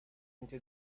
into